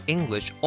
English